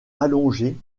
allongé